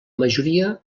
majoria